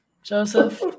Joseph